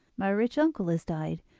my rich uncle has died,